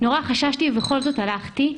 מאוד חששתי, ובכל זאת הלכתי.